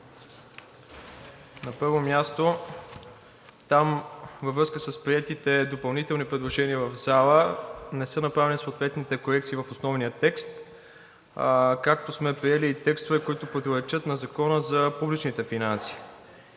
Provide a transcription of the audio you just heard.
На първо място, там във връзка с приетите допълнителни предложения в залата не са направени съответните корекции в основния текст, както сме приели и текстове, които противоречат на Закона за публичните финанси.